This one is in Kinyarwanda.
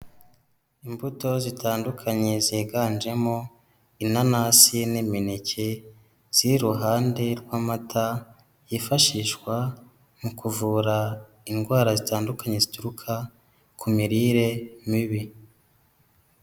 Imbuto zitandukanye ziganjemo inanasi n'imineke, ziri iruhande rw'amata yifashishwa mu kuvura indwara zitandukanye zituruka ku mirire mibi.